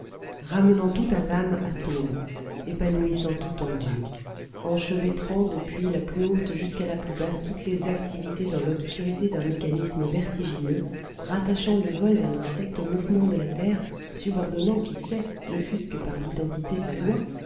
ramenant tout à l'âme atome épanouissant tout en dieu enchevêtrant depuis la plus haute jusqu'à la plus basse toutes les activités dans l'obscurité d'un mécanisme vertigineux rattachant le vol d'un insecte au mouvement de la terre subordonnant qui sait ne fût-ce que par l'identité de la loi